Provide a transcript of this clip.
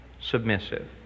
submissive